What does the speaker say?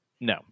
no